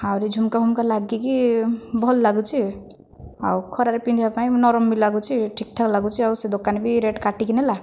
ଆହୁରି ଝୁମୁକା ଫୁମୁକା ଲାଗିକି ଭଲଲାଗୁଛି ଆଉ ଖରାରେ ପିନ୍ଧିବା ପାଇଁ ନରମ ବି ଲାଗୁଛି ଠିକ୍ଠାକ୍ ଲାଗୁଛି ଆଉ ସେ ଦୋକାନୀ ବି ରେଟ୍ କାଟିକି ନେଲା